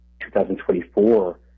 2024